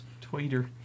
Twitter